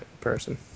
person